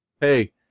Hey